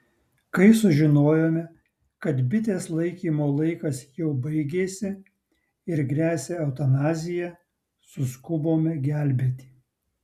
kai sužinojome kad bitės laikymo laikas jau baigėsi ir gresia eutanazija suskubome gelbėti